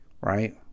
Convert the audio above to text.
Right